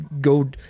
go